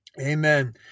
Amen